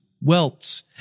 welts